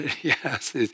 Yes